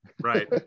right